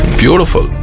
beautiful